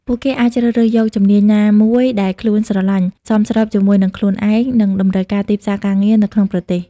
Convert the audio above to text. ពួកគេអាចជ្រើសរើសយកជំនាញណាមួយដែលខ្លួនស្រឡាញ់សមស្របជាមួយនិងខ្លួនឯង និងតម្រូវការទីផ្សារការងារនៅក្នុងប្រទេស។